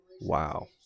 Wow